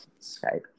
Skype